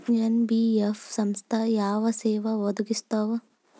NBF ಸಂಸ್ಥಾ ಯಾವ ಸೇವಾ ಒದಗಿಸ್ತಾವ?